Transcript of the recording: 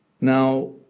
Now